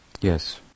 Yes